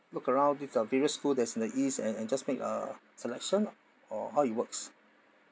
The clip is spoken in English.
look around these uh various school that's in the east and and just make a selection or how it works